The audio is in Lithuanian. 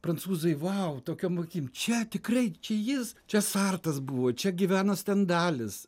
prancūzai vau tokiom akim čia tikrai čia jis čia sartas buvo čia gyveno stendalis